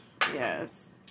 yes